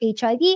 HIV